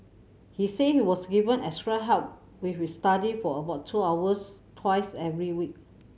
he said he was given extra help with his study for about two hours twice every week